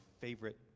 favorite